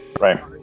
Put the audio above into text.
right